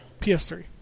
PS3